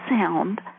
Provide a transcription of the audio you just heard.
sound